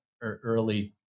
early